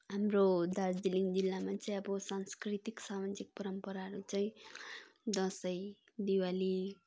हाम्रो दार्जिलिङ जिल्लामा चाहिँ अब सांस्कृतिक सामाजिक परम्पराहरू चाहिँ दसैँ दिवाली